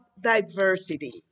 diversity